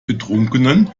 betrunkenen